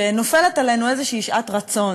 שנופלת עלינו איזו שעת רצון,